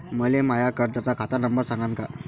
मले माया कर्जाचा खात नंबर सांगान का?